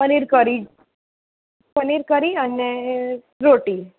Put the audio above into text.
paneer curry paneer curry અને રોટી